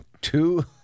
two